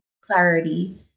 clarity